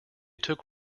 took